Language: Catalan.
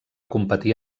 competir